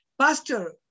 Pastor